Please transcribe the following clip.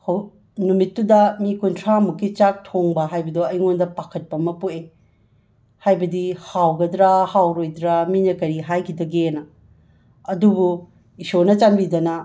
ꯍꯣ ꯅꯨꯃꯤꯠꯇꯨꯗ ꯃꯤ ꯀꯨꯟꯊ꯭ꯔꯥꯃꯨꯛꯀꯤ ꯆꯥꯛ ꯊꯣꯡꯕ ꯍꯥꯏꯕꯗꯣ ꯑꯩꯉꯣꯟꯗ ꯄꯥꯈꯠꯄ ꯑꯃ ꯄꯣꯛꯑꯦ ꯍꯥꯏꯕꯗꯤ ꯍꯥꯎꯒꯗ꯭ꯔꯥ ꯍꯥꯎꯔꯣꯏꯗ꯭ꯔꯥ ꯃꯤꯅ ꯀꯔꯤ ꯍꯥꯏꯈꯤꯗꯒꯦꯅ ꯑꯗꯨꯕꯨ ꯏꯁꯣꯔꯅ ꯆꯥꯟꯕꯤꯗꯅ